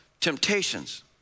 temptations